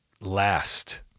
last